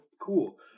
cool